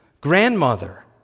grandmother